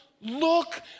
Look